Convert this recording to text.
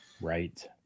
right